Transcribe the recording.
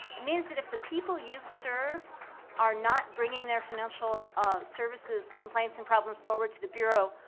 it means that if the people you serve are not bringing their financial um services complaints and problems forward to the bureau,